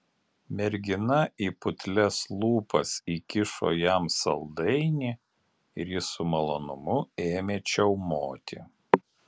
mergina į putlias lūpas įkišo jam saldainį ir jis su malonumu ėmė čiaumoti